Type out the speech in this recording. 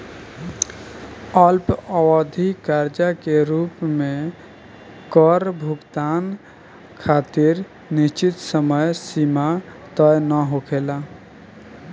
अल्पअवधि कर्जा के रूप में कर भुगतान खातिर निश्चित समय सीमा तय ना होखेला